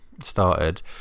started